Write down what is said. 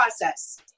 process